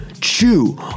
chew